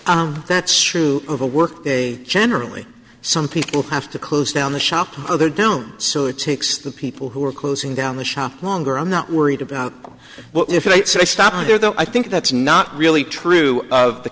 that's true of a work day generally some people have to close down the shop the other down so it takes the people who are closing down the shop longer i'm not worried about what if they stop there though i think that's not really true of the